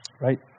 right